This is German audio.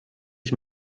ich